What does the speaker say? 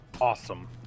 Awesome